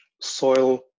Soil